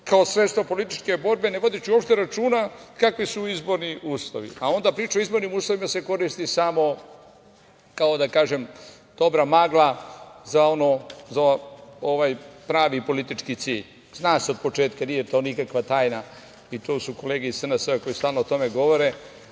kao sredstvo političke borbe, ne vodeći uopšte računa kakvi su izborni uslovi. Onda pričaju - o izbornim uslovima se koristi samo kao dobra magla za pravi politički cilj. Zna se od početka, nije to nikakva tajna. Tu su kolege iz SNS koji stalno o tome govore. Naša